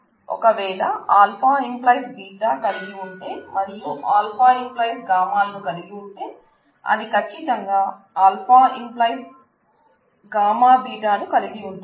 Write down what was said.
ఒక వేళ α → β కలిగి ఉంటే మరియు α → γ లను కలిగి ఉంటే అది కచ్చితంగా α → γβ ను కలిగి ఉంటుంది